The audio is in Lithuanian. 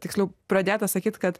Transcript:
tiksliau pradėta sakyt kad